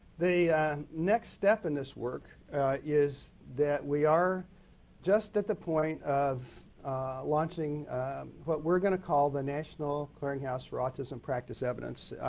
the next step in this work is that we are just at the point of launching what we are going to call the national clearing house for autism practice evidence.